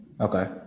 Okay